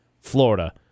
Florida